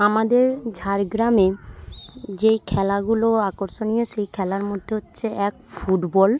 আমাদের ঝাড়গ্রামে যেই খেলাগুলো আকর্ষণীয় সেই খেলার মধ্যে হচ্ছে এক ফুটবল